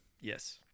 Yes